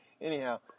Anyhow